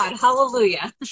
Hallelujah